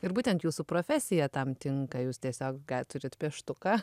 ir būtent jūsų profesija tam tinka jūs tiesiog ką turit pieštuką